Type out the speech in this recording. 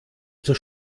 zur